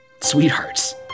Sweethearts